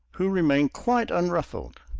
who remained quite unruffled.